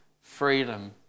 freedom